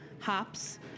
hops